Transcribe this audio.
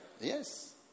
Yes